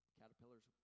caterpillars